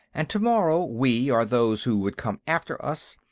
and tomorrow we, or those who would come after us,